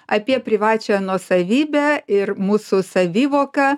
apie privačią nuosavybę ir mūsų savivoką